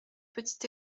petit